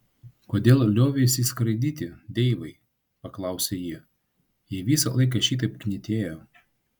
kodėl lioveisi skraidyti deivai paklausė ji jei visą laiką šitaip knietėjo